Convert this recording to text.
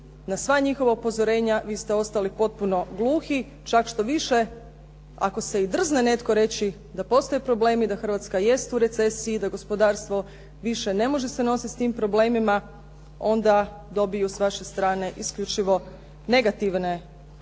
na sva njihova upozorenja vi ste ostali potpuno gluhi, čak što više, ako se i drzne netko reći da postoje problemi, da Hrvatska jest u recesiji, da gospodarstvo više ne može se nositi s tim problemima, onda dobiju s vaše strane isključivo negativne ocjene,